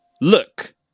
Look